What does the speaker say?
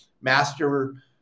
master